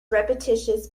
repetitious